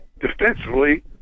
defensively